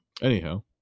Anyhow